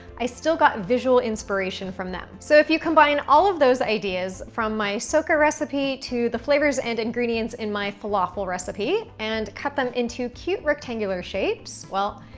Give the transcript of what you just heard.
i still got visual inspiration from them. so if you combine all of the those ideas, from my socca recipe to the flavors and ingredients in my falafel recipe and cut them into cute rectangular shapes, well,